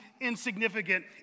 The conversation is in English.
insignificant